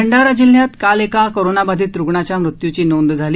भंडारा जिल्ह्यात काल एका कोरोनाबाधित रुग्णाच्या मृत्यूची नोंद झाली